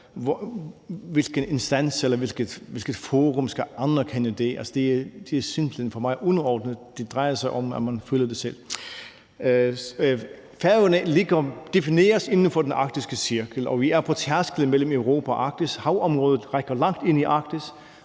hvilken instans eller hvilket forum der skal anerkende det. Det er simpelt hen for mig underordnet. Det drejer sig om, at man selv føler det. Færøerne defineres inden for den arktiske cirkel, og vi ligger på tærsklen mellem Europa og Arktis. Vores havområde rækker langt ind i Arktis,